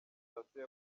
sitasiyo